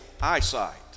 eyesight